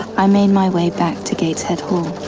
i made my way back to gateshead hall,